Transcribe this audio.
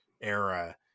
era